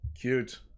Cute